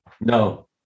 No